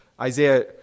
Isaiah